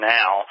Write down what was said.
now